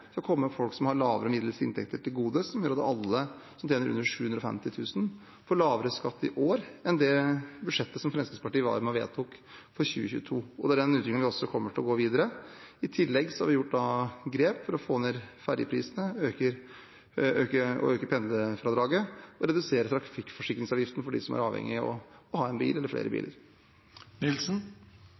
folk som har lave eller middels inntekter til gode, og som gjør at alle som tjener under 750 000kr får lavere skatt i år enn det budsjettet som Fremskrittspartiet var med og vedtok for 2022. Det er den utviklingen vi også kommer til å se videre. I tillegg har vi tatt grep for å få ned ferjeprisene, øke pendlerfradraget og redusere trafikkforsikringsavgiften for dem som er avhengig av å ha en eller flere